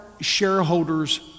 Shareholders